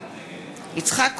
בהצבעה יצחק כהן,